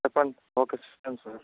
చెప్పండి sir okay sir